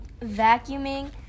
vacuuming